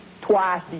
twice